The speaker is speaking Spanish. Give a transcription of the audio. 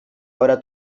ahora